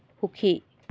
সুখী